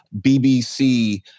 BBC